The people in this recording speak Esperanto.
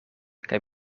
kaj